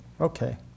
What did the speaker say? okay